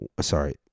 Sorry